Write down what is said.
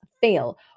fail